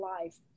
life